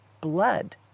blood